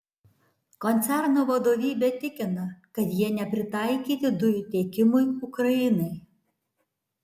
koncerno vadovybė tikina kad jie nepritaikyti dujų tiekimui ukrainai